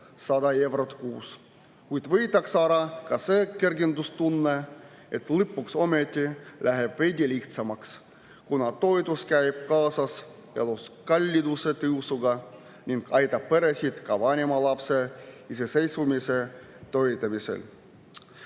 200 eurot kuus, kuid võetakse ära ka see kergendustunne, et lõpuks ometi läheb veidi lihtsamaks, kuna toetus käib kaasas elukalliduse tõusuga ning aitab peresid ka vanema lapse iseseisvumise toetamisel.